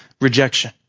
rejection